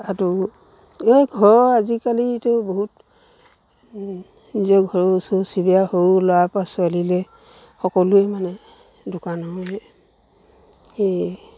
আৰু এই ঘৰৰ আজিকালিটো বহুত নিজৰ ঘৰৰ ওচৰ চুবুৰীয়া সৰু ল'ৰাৰপৰা ছোৱালীলৈ সকলোৱে মানে দোকানত সেই